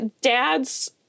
dads